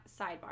Sidebar